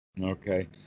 Okay